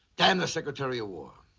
damn the secretary of war.